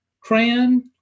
crayon